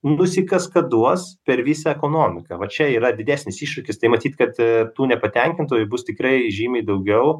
nusikaskaduos per visą ekonomiką va čia yra didesnis iššūkis tai matyt kad tų nepatenkintųjų bus tikrai žymiai daugiau